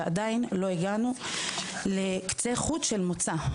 ועדיין לא הגענו לקצה חוט של מוצא.